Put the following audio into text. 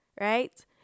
right